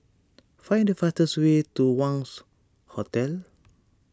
find the fastest way to Wangz Hotel